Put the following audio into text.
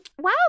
wow